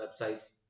websites